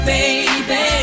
Baby